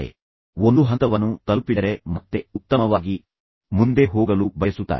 ಅವರು ಒಂದು ಹಂತವನ್ನು ತಲುಪಿದರೆ ಅವರು ಮತ್ತೆ ಉತ್ತಮವಾಗಿ ಮುಂದೆ ಹೋಗಲು ಬಯಸುತ್ತಾರೆ